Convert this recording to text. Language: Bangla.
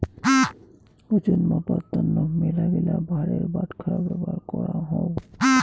ওজন মাপার তন্ন মেলাগিলা ভারের বাটখারা ব্যবহার করাঙ হউক